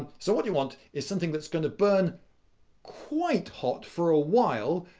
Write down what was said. so what you want is something that's going to burn quite hot for a while,